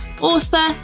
author